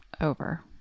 over